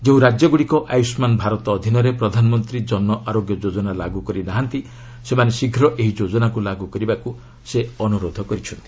ଯେଉଁ ରାଜ୍ୟଗୁଡ଼ିକ ଆୟୁଷ୍ମାନ୍ ଭାରତ ଅଧୀନରେ ପ୍ରଧାନମନ୍ତ୍ରୀ ଜନ ଆରୋଗ୍ୟ ଯୋଜନା ଲାଗୁ କରି ନାହାନ୍ତି ସେମାନେ ଶୀଘ୍ର ଏହି ଯୋଜନାକୁ ଲାଗୁ କରିବାକୁ ସେ ଅନ୍ତରୋଧ କରିଛନ୍ତି